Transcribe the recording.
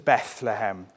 Bethlehem